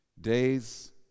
Days